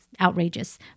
outrageous